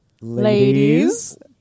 ladies